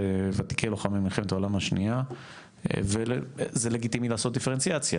וותיקי לוחמי מלחמת העולם השנייה וזה לגיטימי לעשות דיפרנציאציה,